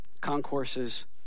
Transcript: concourses